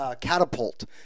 catapult